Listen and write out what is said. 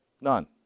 None